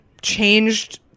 changed